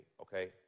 okay